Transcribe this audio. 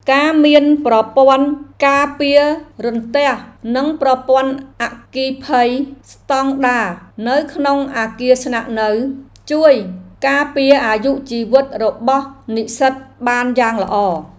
ការមានប្រព័ន្ធការពាររន្ទះនិងប្រព័ន្ធអគ្គិភ័យស្តង់ដារនៅក្នុងអគារស្នាក់នៅ ជួយការពារអាយុជីវិតរបស់និស្សិតបានយ៉ាងល្អ។